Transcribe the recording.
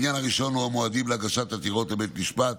העניין הראשון הוא המועדים להגשת עתירות לבית משפט